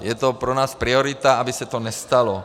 Je to pro nás priorita, aby se to nestalo.